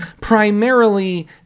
primarily